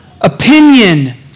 opinion